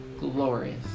Glorious